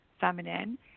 feminine